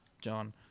John